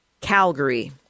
Calgary